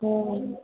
ह्म्म